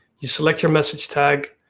you select your message tag,